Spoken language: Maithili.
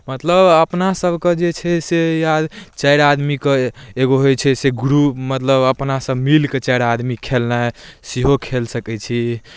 मतलब अपनासभके जे छे से या चारि आदमीके एगो होइ छै से ग्रुप मतलब अपनासभ मिलिकऽ चारि आदमी खेलनाइ सेहो खेल सकै छी